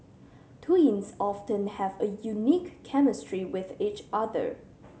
twins often have a unique chemistry with each other